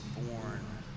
born